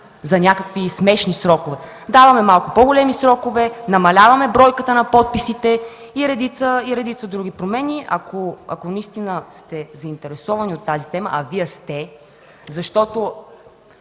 за някакви смешни срокове?! Даваме малко по-големи срокове, намаляваме бройката на подписите и редица други промени. Ако сте заинтересовани от тази тема, а Вие сте, защото